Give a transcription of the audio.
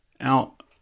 out